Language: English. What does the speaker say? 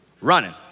running